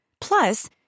Plus